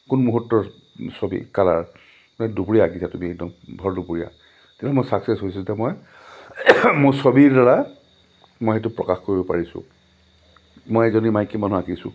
কোন মুহূৰ্তৰ ছবিৰ কালাৰ মানে দুপৰীয়া আঁকিছা তুমি একদম ভৰ দুপৰীয়া তেতিয়া মই চাকচেছ হৈছেোঁ যে মই মোৰ ছবিৰ দ্বাৰা মই সেইটো প্ৰকাশ কৰিব পাৰিছোঁ মই এজনী মাইকী মানুহ আঁকিছোঁ